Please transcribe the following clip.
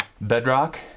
bedrock